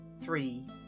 Three